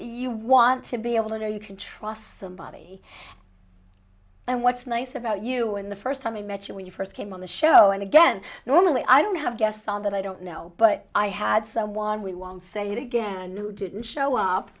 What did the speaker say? you want to be able to know you can trust somebody and what's nice about you when the first time i met you when you first came on the show and again normally i don't have guests on that i don't know but i had someone we want say it again and who didn't show up